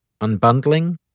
unbundling